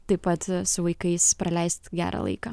taip pat su vaikais praleist gerą laiką